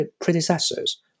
predecessors